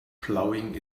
plowing